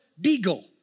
Beagle